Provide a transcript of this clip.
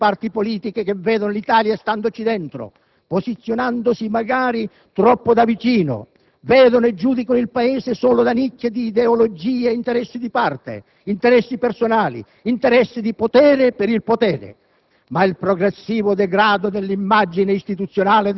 FI)*. Facile fare dell'ironia da esponenti di parti politiche che vedono l'Italia standoci dentro, posizionandosi magari troppo da vicino, vedono e giudicano il Paese solo da nicchie di ideologie e interessi di parte, interessi personali, interessi di potere per il potere.